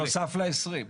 בנוסף ל-20?